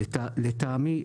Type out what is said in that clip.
לטעמי,